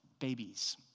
babies